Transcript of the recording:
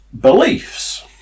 beliefs